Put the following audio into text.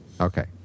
Okay